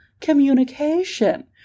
communication